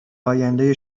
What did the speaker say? آینده